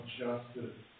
justice